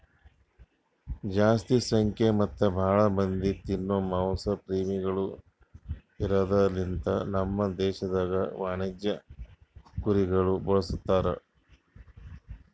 ಜಾಸ್ತಿ ಜನಸಂಖ್ಯಾ ಮತ್ತ್ ಭಾಳ ಮಂದಿ ತಿನೋ ಮಾಂಸ ಪ್ರೇಮಿಗೊಳ್ ಇರದ್ ಲಿಂತ ನಮ್ ದೇಶದಾಗ್ ವಾಣಿಜ್ಯ ಕುರಿಗೊಳ್ ಬಳಸ್ತಾರ್